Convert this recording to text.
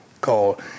Call